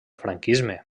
franquisme